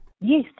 yes